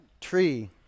Tree